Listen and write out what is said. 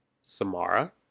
Samara